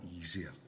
easier